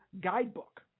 guidebook